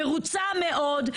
מרוצה מאוד.